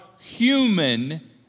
human